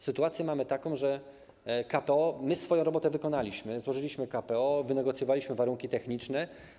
Sytuację mamy taką, że jeśli chodzi o KPO, to my swoją robotę wykonaliśmy: złożyliśmy KPO, wynegocjowaliśmy warunki techniczne.